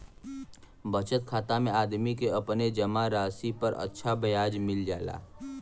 बचत खाता में आदमी के अपने जमा राशि पर अच्छा ब्याज मिल जाला